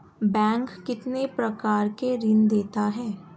Bank कितने प्रकार के ऋण देता है?